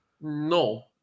No